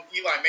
Eli